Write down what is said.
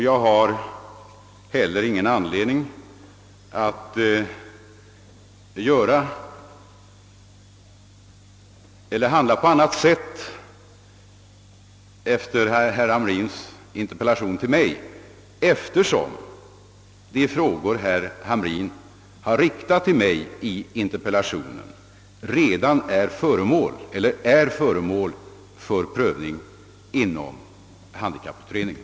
Jag har heller ingen anledning att handla på annat sätt efter herr Hamrins interpellation till mig, eftersom de frågor som herr Hamrin däri har riktat till mig är föremål för prövning inom handikapputredningen.